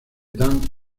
dan